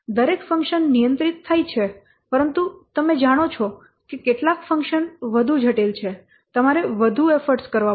દરેક ફંક્શન નિયંત્રિત થાય છે પરંતુ તમે જાણો છો કે કેટલાક ફંક્શન વધુ જટિલ છે તમારે વધુ એફર્ટ કરવો પડશે